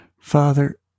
Father